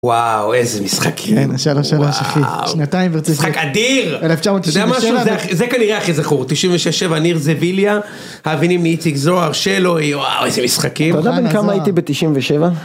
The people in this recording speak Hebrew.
וואו איזה משחקים, שנתיים וזה משחק אדיר, זה כנראה הכי זכור, 96-7 ניר זביליה, האבינים מאיציק זוהר, שלו, וואו איזה משחקים, אתה יודע בן כמה הייתי ב97?